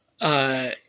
Uh-